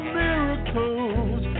miracles